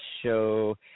show